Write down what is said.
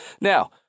Now